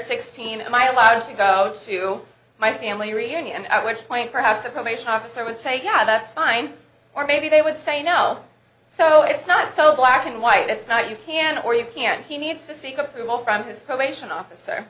sixteen am i allowed to go to my family reunion at which point perhaps the probation officer would say yeah that's fine or maybe they would say no so it's not so black and white it's not you can or you can he needs to seek approval from his probation officer